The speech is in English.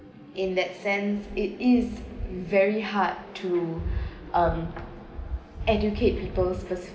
in that sense it is very hard to um educate people's first